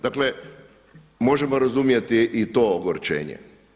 Dakle možemo razumjeti i to ogorčenje.